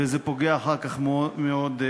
וזה פוגע אחר כך מאוד במשילות.